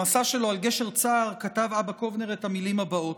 במסה שלו "על הגשר הצר" כתב אבא קובנר את המילים הבאות: